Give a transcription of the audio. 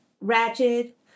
ratchet